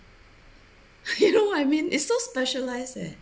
you know I mean it's so specialised leh